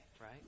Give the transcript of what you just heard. right